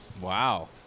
Wow